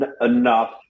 enough